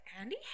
Andy